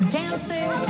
dancing